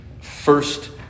first